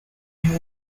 hand